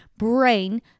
brain